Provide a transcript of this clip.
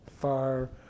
far